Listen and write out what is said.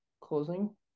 Closing